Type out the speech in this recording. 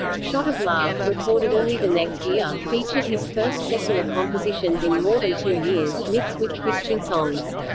shot of love, recorded early the next year, featured his first secular compositions in more than two years, mixed with christian songs.